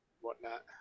whatnot